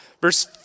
Verse